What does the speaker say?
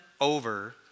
over